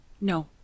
no